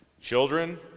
children